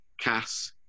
cass